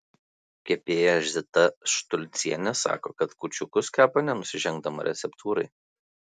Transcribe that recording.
kepėja zita štulcienė sako kad kūčiukus kepa nenusižengdama receptūrai